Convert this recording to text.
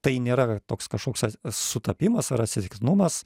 tai nėra toks kažkoks sutapimas ar atsitiktinumas